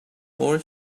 board